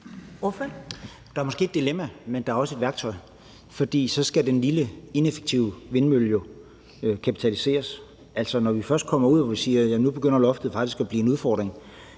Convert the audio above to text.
Der er måske et dilemma, men der er også et værktøj, for så skal den lille ineffektive vindmølle jo kapitaliseres. Altså, når vi først kommer ud, hvor vi siger, at nu begynder loftet faktisk at blive en udfordring,